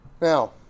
now